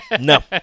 No